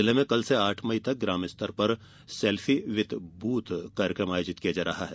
जिले में कल से आठ मई तक ग्रामस्तर पर सेल्फी विद बूथ कार्यक्रम आयोजित किया जा रहा है